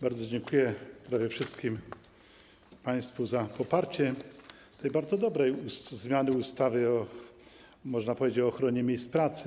Bardzo dziękuję prawie wszystkim państwu za poparcie tej bardzo dobrej zmiany ustawy dotyczącej, można powiedzieć, ochrony miejsc pracy.